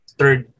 third